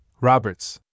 Roberts